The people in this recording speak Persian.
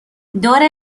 دور